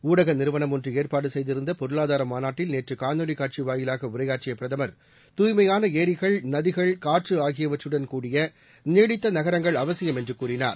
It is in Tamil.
ஊடக நிறுவனம் ஒன்று ஏற்பாடு செய்திருந்த பொருளாதார மாநாட்டில் நேற்று காணொலி காட்சி வாயிலாக உரையாற்றிய பிரதமர் தூய்மையான ஏரிகள் நதிகள் காற்று ஆகியவற்றுடன் கூடிய நீடித்த நகரங்கள் அவசியம் என்று கூறினார்